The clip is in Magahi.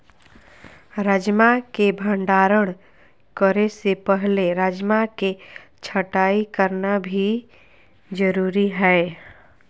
राजमा के भंडारण करे से पहले राजमा के छँटाई करना भी जरुरी हय